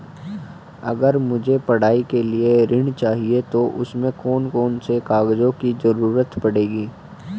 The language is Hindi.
अगर मुझे पढ़ाई के लिए ऋण चाहिए तो उसमें कौन कौन से कागजों की जरूरत पड़ेगी?